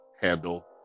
handle